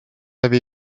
avez